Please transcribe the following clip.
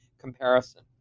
comparison